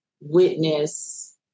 witness